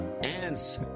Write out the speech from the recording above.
ants